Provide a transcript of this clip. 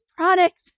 products